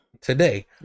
today